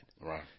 Right